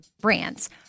brands